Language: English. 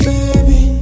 Baby